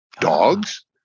dogs